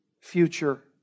future